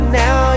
now